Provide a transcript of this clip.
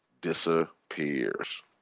disappears